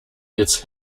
its